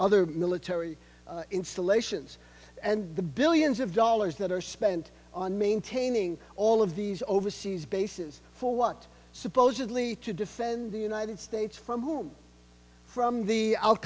other military installations and the billions of dollars that are spent on maintaining all of these overseas bases for what supposedly to defend the united states from whom from the al